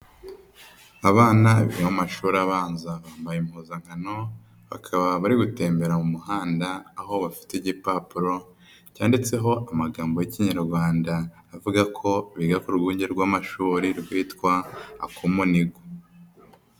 Abana b'amashuri abanza bambaye impuzankano, bakaba bari gutembera mu muhanda aho bafite igipapuro cyanditseho amagambo y'Ikinyarwanda avuga ko biga ku rwunge rw'amashuri rwitwa Akumunigo.